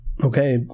Okay